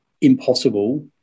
impossible